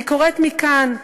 אני קוראת מכאן,